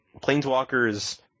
Planeswalkers